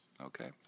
okay